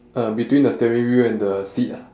uh between the steering wheel and the seat ah